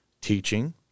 teaching